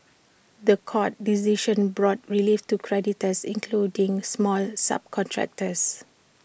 The Court decision brought relief to creditors including smaller subcontractors